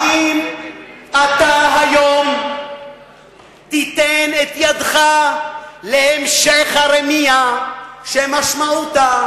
האם אתה היום תיתן את ידך להמשך הרמייה שמשמעותה